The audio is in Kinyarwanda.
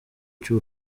cy’u